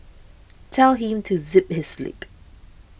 tell him to zip his lip